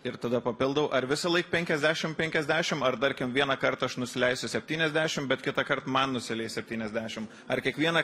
ir tada papildau ar visąlaik penkiasdešim penkiasdešim ar tarkim vieną kartą aš nusileisiu septyniasdešim bet kitąkart man nusileis septyniasdešim ar kiekvieną